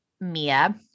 Mia